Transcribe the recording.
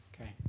Okay